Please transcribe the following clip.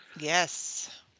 Yes